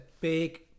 big